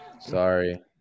sorry